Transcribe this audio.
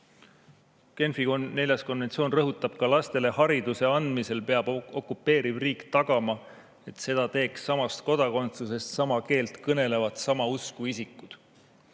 Genfi neljas konventsioon rõhutab ka, et lastele hariduse andmisel peab okupeeriv riik tagama, et seda teeks samast kodakondsusest, sama keelt kõnelevad ja sama usku isikud.